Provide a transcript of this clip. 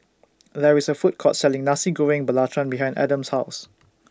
There IS A Food Court Selling Nasi Goreng Belacan behind Adams' House